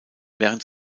während